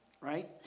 right